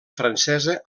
francesa